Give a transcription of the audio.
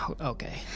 Okay